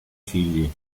figli